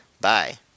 Bye